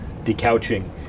decouching